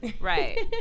right